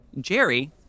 Jerry